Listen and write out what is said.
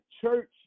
church